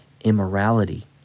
immorality